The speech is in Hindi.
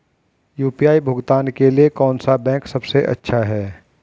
यू.पी.आई भुगतान के लिए कौन सा बैंक सबसे अच्छा है?